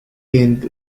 and